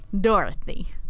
Dorothy